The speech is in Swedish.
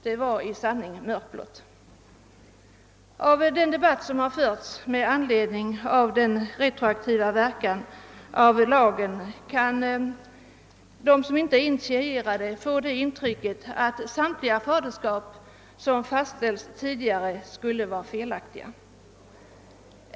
Det var i sanning mörkblått. Den debatt som har förts med anledning av den föreslagna retroaktiva verkan av lagen kan ge de ej initierade intrycket att samtliga faderskap som fastställts tidigare skulle vara felaktiga.